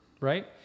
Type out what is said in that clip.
Right